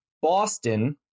Boston